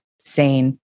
sane